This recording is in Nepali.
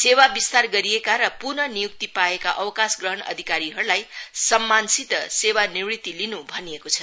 सेवा विस्तार गरिएका र पुनः नियुक्ती पाएका अवकाशग्रहण अधिकारीहरूलाई सम्मानसित सेवानिवृति लिन् भनिएको छ